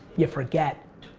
you forget.